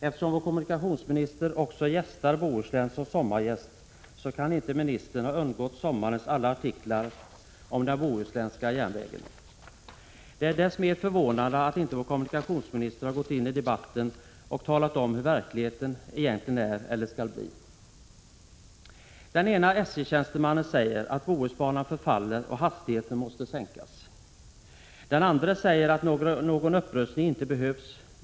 Eftersom vår kommunikationsminister också gästar Bohuslän som sommargäst, kan ministern inte ha undgått sommarens alla artiklar om den bohuslänska järnvägen. Det är desto mer förvånande att vår kommunikationsminister inte har gått in i debatten och talat om hur verkligheten egentligen är och skall bli. Den ene SJ-tjänstemannen säger att Bohusbanan förfaller och att hastigheten måste sänkas. Den andre säger att någon upprustning inte behövs.